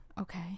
Okay